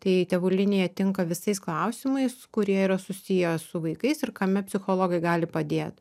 tai tėvų linija tinka visais klausimais kurie yra susiję su vaikais ir kame psichologai gali padėt